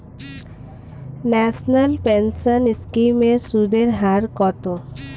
National pension scheme এর সুদের হার কত?